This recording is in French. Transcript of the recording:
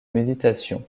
méditation